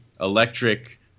electric